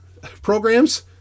programs